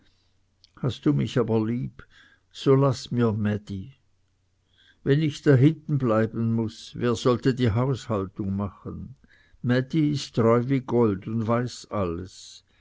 hast du mich aber lieb so laß mir mädi wenn ich dahinten bleiben muß wer sollte die haushaltung machen mädi ist treu wie gold und weiß alles